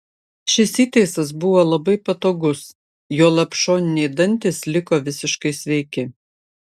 šis įtaisas buvo labai patogus juolab šoniniai dantys liko visiškai sveiki